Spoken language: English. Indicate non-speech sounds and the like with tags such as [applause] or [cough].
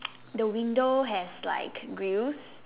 [noise] the window has like grills